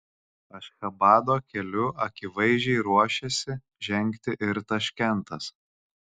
ašchabado keliu akivaizdžiai ruošiasi žengti ir taškentas